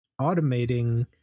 automating